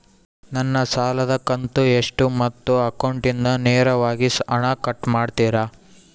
ನನ್ನ ಸಾಲದ ಕಂತು ಎಷ್ಟು ಮತ್ತು ಅಕೌಂಟಿಂದ ನೇರವಾಗಿ ಹಣ ಕಟ್ ಮಾಡ್ತಿರಾ?